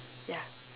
ya